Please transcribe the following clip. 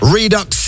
Redux